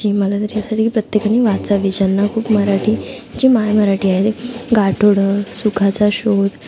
जी मला तरी असं ते की प्रत्येकानी वाचावी ज्यांना खूप मराठी जी माय मराठी आहे ते गाठुडं सुखाचा शोध